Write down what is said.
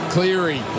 Cleary